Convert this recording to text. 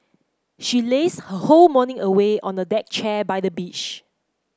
she lazed her whole morning away on a deck chair by the beach